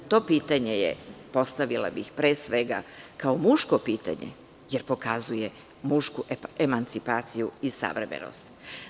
To pitanje je pre svega kao muško pitanje, jer pokazuje mušku emancipaciju i savremenost.